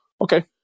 Okay